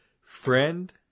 friend